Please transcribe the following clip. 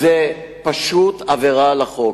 זו עבירה על החוק.